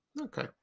Okay